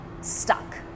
stuck